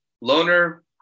Loner